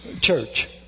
church